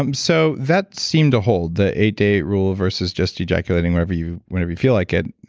um so, that seemed to hold, the eight day rule versus just ejaculating whenever you whenever you feel like it.